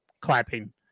clapping